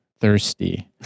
thirsty